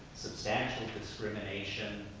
substantial discrimination,